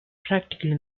practically